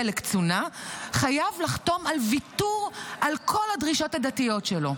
לקצונה חייב לחתום על ויתור על כל הדרישות הדתיות שלו.